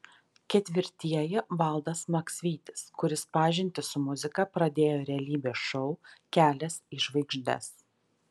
ketvirtieji valdas maksvytis kuris pažintį su muzika pradėjo realybės šou kelias į žvaigždes